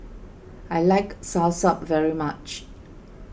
I like Soursop very much